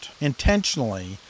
intentionally